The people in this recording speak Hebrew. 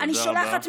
אני שולחת מכאן,